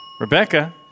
Rebecca